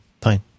fine